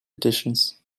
editions